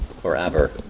forever